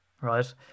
right